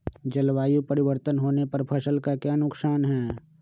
जलवायु परिवर्तन होने पर फसल का क्या नुकसान है?